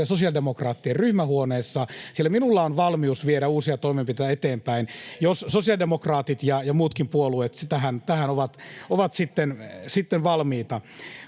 sosiaalidemokraattien ryhmähuoneessa, sillä minulla on valmius viedä uusia toimenpiteitä eteenpäin, jos sosiaalidemokraatit ja muutkin puolueet tähän ovat valmiita.